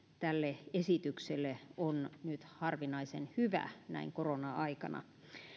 tälle esitykselle on nyt harvinaisen hyvä näin korona aikana